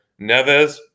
Neves